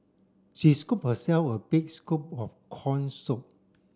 she scooped herself a big scoop of corn soup